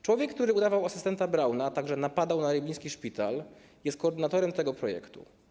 Człowiek, który udawał asystenta Brauna, a także napadał na rybnicki szpital, jest koordynatorem tego projektu.